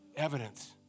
evidence